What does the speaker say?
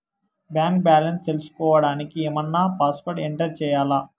Bank balance తెలుసుకోవడానికి ఏమన్నా password enter చేయాలా?